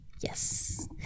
Yes